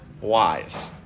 wise